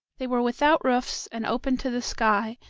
they were without roofs and open to the sky,